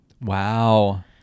Wow